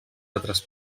altres